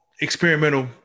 experimental